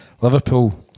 Liverpool